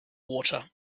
water